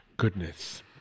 Goodness